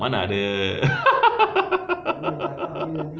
mana ada